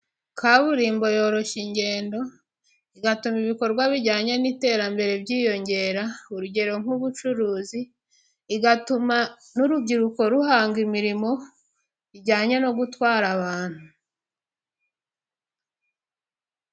Kaburimbo yoroshya ingendo, igatuma ibikorwa bijyanye n'iterambere byiyongera urugero nk'ubucuruzi, igatuma n'urubyiruko ruhanga imirimo ijyanye no gutwara abantu.